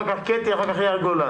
אחר כך ח"כ שטרית ואחר כך ח"כ יאיר גולן.